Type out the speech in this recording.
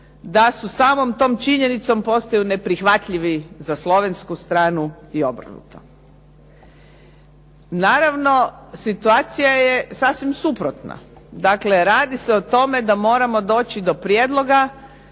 da samom tom činjenicom postaju neprihvatljivi za slovensku stranu i obrnuto. Naravno, situacija je sasvim suprotna. Dakle, radi se o tome da moramo doći do prijedloga